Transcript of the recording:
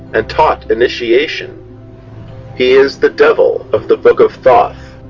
and taught initiation. he is the devil of the book of thoth,